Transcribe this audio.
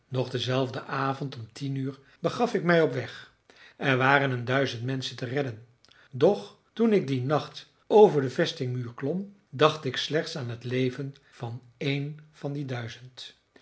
nog denzelfden avond om tien uur begaf ik mij op weg er waren een duizend menschen te redden doch toen ik dien nacht over den vestingmuur klom dacht ik slechts aan het leven van één van die duizend